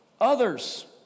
others